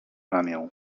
ramię